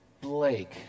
Blake